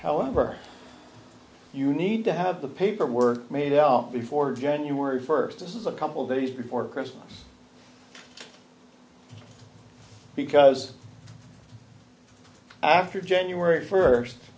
however you need to have the paperwork made out before january first this is a couple days before christmas because after january first